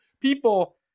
people